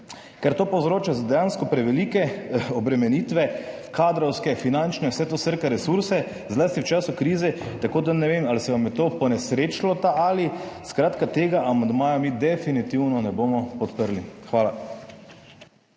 ker povzroča dejansko prevelike obremenitve, kadrovske, finančne, vse to srka resurse, zlasti v času krize, tako da ne vem, ali se vam je ta ali ponesrečil. Skratka, tega amandmaja mi definitivno ne bomo podprli. Hvala.